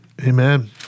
Amen